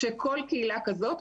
כשכל קהילה כזאת,